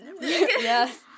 Yes